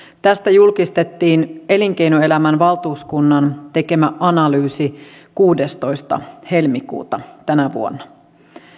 tästä julkistettiin elinkeinoelämän valtuuskunnan tekemä analyysi kuudestoista helmikuuta tänä vuonna